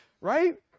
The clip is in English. right